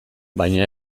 baina